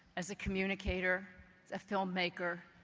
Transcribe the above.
as a communicator a filmmaker,